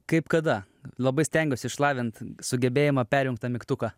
kaip kada labai stengiuosi išlavint sugebėjimą perjungt tą mygtuką